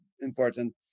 important